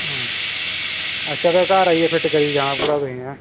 हां अच्छा ते घर आइयै फिट करियै जाना पूरा तुसें